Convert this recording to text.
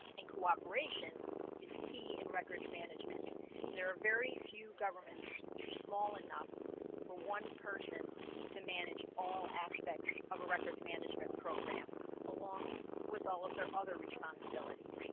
and cooperation is key in records management there are very few governments small enough for one person to manage all aspects of a records management program along with all of their other responsibilities